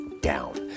down